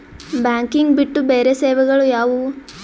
Banking ಬಿಟ್ಟು ಬೇರೆ ಸೇವೆಗಳು ಯಾವುವು?